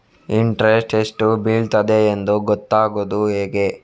Interest ಎಷ್ಟು ಬೀಳ್ತದೆಯೆಂದು ಗೊತ್ತಾಗೂದು ಹೇಗೆ?